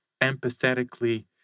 empathetically